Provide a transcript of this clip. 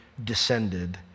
Descended